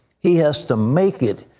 he has to make it.